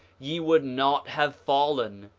ye would not have fallen.